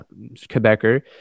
quebecer